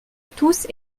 tous